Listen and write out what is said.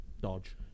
dodge